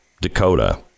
Dakota